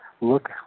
look